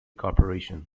corporation